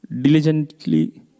Diligently